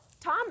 Tom